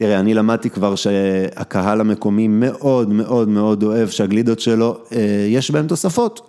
תראה, אני למדתי כבר שהקהל המקומי מאוד מאוד מאוד אוהב שהגלידות שלו יש בהן תוספות.